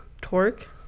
Torque